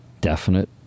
definite